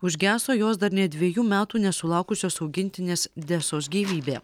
užgeso jos dar nė dviejų metų nesulaukusios augintinės desos gyvybė